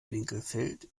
winkelfeld